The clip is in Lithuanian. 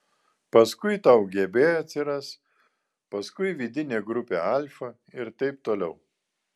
paskui tau gb atsiras paskui vidinė grupė alfa ir taip toliau